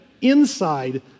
inside